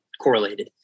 correlated